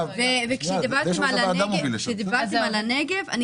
וכשדיברתם על הנגב,